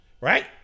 right